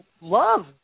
love